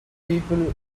people